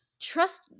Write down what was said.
Trust